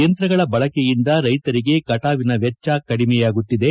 ಯಂತ್ರಗಳ ಬಳಕೆಯಿಂದ ರೈತರಿಗೆ ಕಟಾವಿನ ವೆಚ್ಚ ಕಡಿಮೆಯಾಗುತ್ತಿದೆ